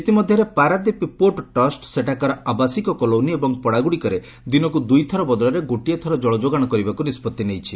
ଇତିମଧ୍ଧରେ Paradip port trust ସେଠାକାର ଆବାସିକ କଲୋନୀ ଏବଂ ପଡାଗୁଡିକରେ ଦିନକୁ ଦୁଇଥର ବଦଳରେ ଗୋଟିଏ ଥର ଜଳଯୋଗାଣ କରିବାକୁ ନିଷ୍ବଉି ନେଇଛି